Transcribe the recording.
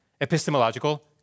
Epistemological